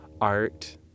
art